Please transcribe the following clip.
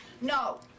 No